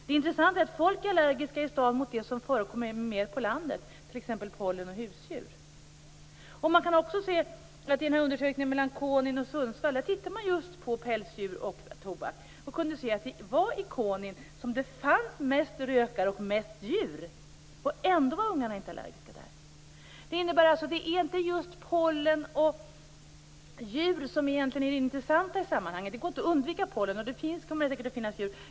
Det intressanta är att folk är allergiska i städer mot det som förekommer mer på landet, t.ex. pollen och husdjur. I undersökningen om Konin och Sundsvall har man just tittat på pälsdjur och tobak. Man kunde se att det var i Konin som det fanns mest rökare och mest djur. Ändå var barnen inte allergiska där. Det innebär alltså att det inte är just pollen och djur som egentligen är de intressanta i sammanhanget. Det går inte att undvika pollen, och det finns och kommer att finnas djur.